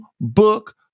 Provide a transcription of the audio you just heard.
book